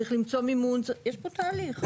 צריך למצוא מימון, יש פה תהליך.